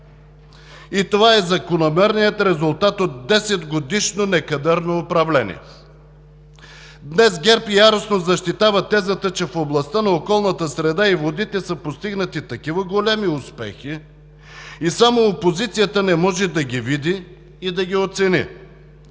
И това е закономерният резултат от десетгодишно некадърно управление. Днес ГЕРБ яростно защитава тезата, че в областта на околната среда и водите са постигнати такива големи успехи и само опозицията не може да ги види и да ги оцени,